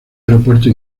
aeropuerto